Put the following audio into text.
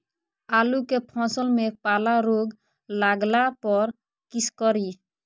आलू के फसल मे पाला रोग लागला पर कीशकरि?